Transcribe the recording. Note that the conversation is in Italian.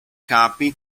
capi